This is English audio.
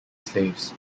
slaves